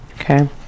okay